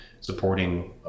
supporting